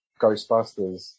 Ghostbusters